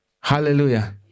Hallelujah